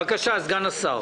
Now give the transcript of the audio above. בבקשה, סגן השר.